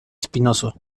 espinoso